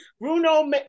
Bruno